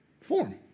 form